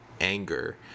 anger